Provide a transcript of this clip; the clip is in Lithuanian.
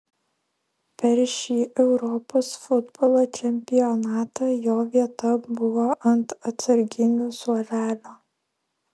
per šį europos futbolo čempionatą jo vieta buvo ant atsarginių suolelio